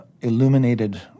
illuminated